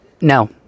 no